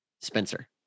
Spencer